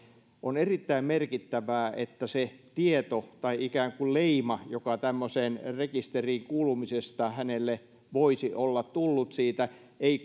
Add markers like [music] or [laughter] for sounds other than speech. on erittäin merkittävää että se tieto tai ikään kuin leima joka tämmöiseen rekisteriin kuulumisesta hänelle voisi olla tullut siitä ei [unintelligible]